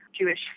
Jewish